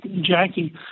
Jackie